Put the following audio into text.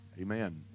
Amen